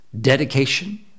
dedication